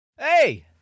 hey